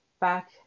back